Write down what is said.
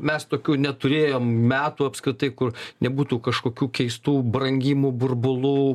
mes tokių neturėjom metų apskritai kur nebūtų kažkokių keistų brangimų burbulų